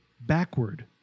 backward